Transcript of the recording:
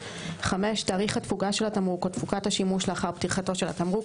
(5) תאריך התפוגה של התמרוק או תקופת השימוש לאחר פתיחתו של התמרוק,